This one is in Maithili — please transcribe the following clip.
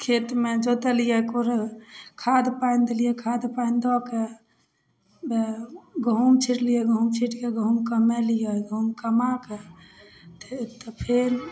खेतमे जोतलियै खाद पानि देलियै खाद पानि दऽ के गहूॅंम छींटलियै गहूॅंम छींटके गहूॅंम कमलियै गहुम कमा कऽ तऽ फेर